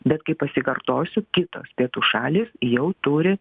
bet kaip pasikartosiu kitos pietų šalys jau turi